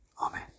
amen